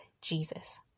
Jesus